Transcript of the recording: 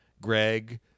Greg